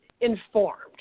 informed